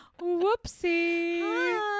Whoopsie